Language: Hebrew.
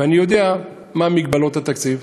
ואני יודע מה מגבלות התקציב.